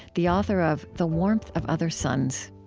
the author of the warmth of other suns